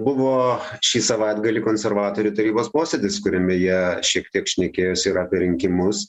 buvo šį savaitgalį konservatorių tarybos posėdis kuriame jie šiek tiek šnekėjosi ir apie rinkimus